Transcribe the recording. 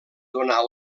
donar